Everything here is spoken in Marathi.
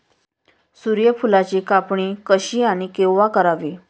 सूर्यफुलाची कापणी कशी आणि केव्हा करावी?